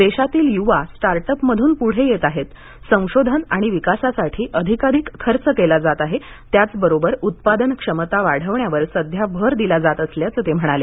देशातील युवा स्टार्टअपमधून पुढे येत आहेत संशोधन आणि विकासासाठी अधिकाधिक खर्च केला जात आहे त्याचबरोबर उत्पादनक्षमता वाढवण्यावर सध्या भर दिला जात असल्याचं ते म्हणाले